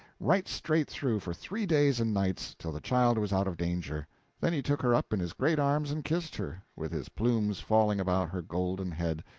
right straight through, for three days and nights, till the child was out of danger then he took her up in his great arms and kissed her, with his plumes falling about her golden head,